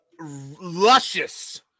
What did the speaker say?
luscious